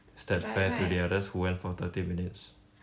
but right